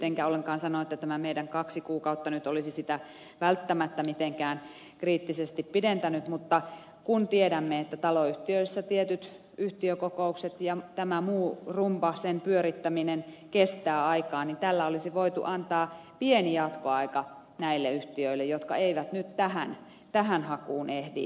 enkä ollenkaan sano että tämä meidän ehdottamamme kaksi kuukautta nyt olisi sitä välttämättä mitenkään kriittisesti pidentänyt mutta kun tiedämme että taloyhtiöissä on tietyt yhtiökokoukset ja muun rumban pyörittäminen kestää niin tällä olisi voitu antaa pieni jatkoaika näille yhtiöille jotka eivät nyt tähän hakuun ehdi